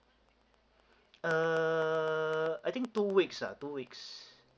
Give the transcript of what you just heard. uh I think two weeks ah two weeks